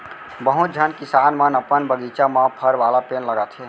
बहुत झन किसान मन अपन बगीचा म फर वाला पेड़ लगाथें